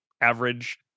average